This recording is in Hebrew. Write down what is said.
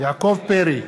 יעקב פרי,